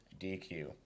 DQ